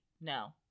No